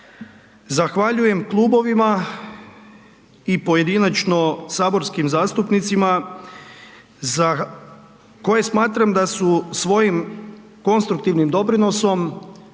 zahvaljujem klubovima i pojedinačno saborskim zastupnicima za koje smatram da su svojim konstruktivnim doprinosom,